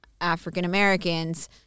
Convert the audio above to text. african-americans